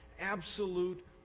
absolute